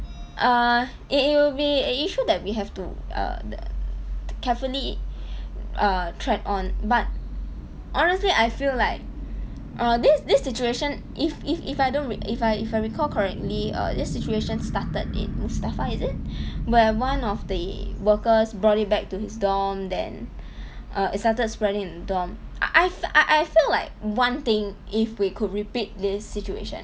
err it will be an issue that we have to err carefully uh track on but honestly I feel like err this this situation if if if I don't re~ if I if I recall correctly err this situation started in mustafa is it where one of the workers brought it back to his dorm then uh it started spreading in the dorm I I I I feel like one thing if we could repeat this situation